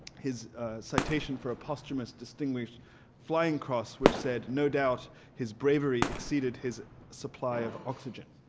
his citation for a posthumous distinguished flying cross which said, no doubt his bravery exceeded his supply of oxygen.